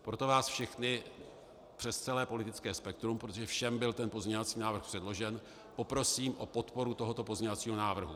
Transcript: Proto vás všechny přes celé politické spektrum, protože všem byl ten pozměňovací návrh předložen, poprosím o podporu tohoto pozměňovacího návrhu.